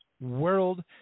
world